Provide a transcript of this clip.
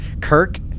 Kirk